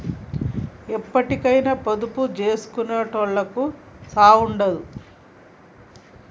ఎప్పటికైనా పొదుపు జేసుకునోళ్లకు సావుండదు